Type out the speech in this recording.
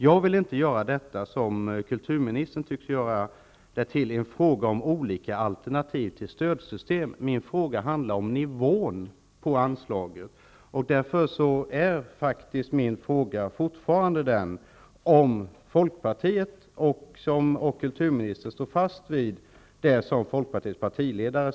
Jag vill inte som kulturministern göra detta till en fråga om olika alternativ till stödsystem. Min fråga handlar om nivån på anslaget. Står alltså Folkpartiet och kulturministern fast vid det som Folkpartiets partiledare sade, att det skulle ske en höjning av anslaget med 37 miljoner, dvs. att det nu är aktuellt med en höjning med 32 miljoner? Den konkreta frågan är: Avser regeringen i sitt förslag att införa en höjning på över 30 milj.kr. av nivån på Filminstitutets anslag?